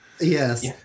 yes